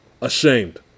Ashamed